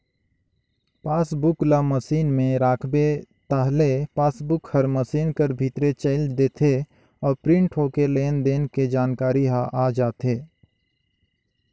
passbook ल machine में राखबे ताहले पासबुक हर मसीन कर भीतरे चइल देथे अउ प्रिंट होके लेन देन के जानकारी ह आ जाथे